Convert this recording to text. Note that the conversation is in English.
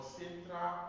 central